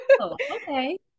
Okay